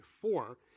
four